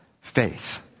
faith